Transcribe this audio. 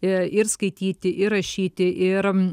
ir skaityti ir rašyti ir